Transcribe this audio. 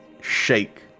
shake